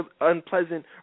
unpleasant